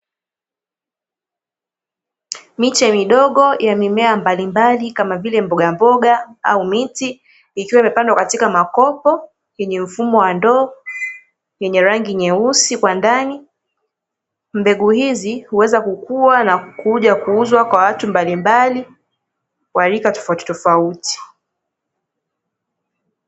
Miche midogo ya mimea mbali mbali kama vile mboga mboga au miti, ikiwa imepandwa katika makopo yenye mfumo wa ndoo yenye rangi nyeusi kwa ndani. Mbegu hizi huweza kukua na kuja kuuzwa kwa watu mbali mbali wa rika tofauti tofauti.